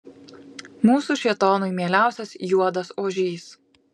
mūsų šėtonui mieliausias juodas ožys